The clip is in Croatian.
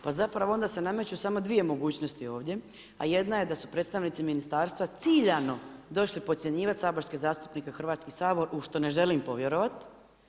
Pa zapravo onda se nameću samo dvije mogućnosti ovdje, a jedna je da su predstavnici ministarstva ciljano došli podcjenjivati saborske zastupnike u Hrvatski sabor u što ne želim povjerovat.